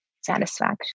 satisfaction